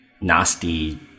nasty